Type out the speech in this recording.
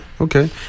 okay